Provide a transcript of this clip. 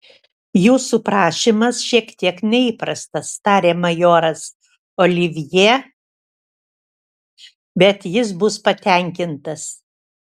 jūsų prašymas šiek tiek neįprastas tarė majoras olivjė bet jis bus patenkintas